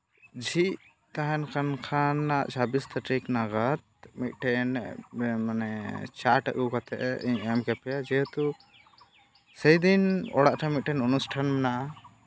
ᱡᱷᱤᱡ ᱛᱟᱦᱮᱱ ᱠᱟᱱ ᱠᱷᱟᱱ ᱪᱷᱟᱵᱵᱤᱥ ᱛᱟᱨᱤᱠᱷ ᱱᱟᱜᱟᱫ ᱢᱤᱫᱴᱮᱱ ᱢᱟᱱᱮ ᱪᱟᱴ ᱟᱹᱜᱩ ᱠᱟᱛᱮᱫ ᱤᱧ ᱮᱢ ᱠᱮᱯᱮᱭᱟ ᱡᱮᱦᱮᱛᱩ ᱥᱮᱭᱫᱤᱱ ᱚᱲᱟᱜ ᱨᱮ ᱢᱤᱫᱴᱮᱱ ᱚᱱᱩᱥᱴᱷᱟᱱ ᱢᱮᱱᱟᱜᱼᱟ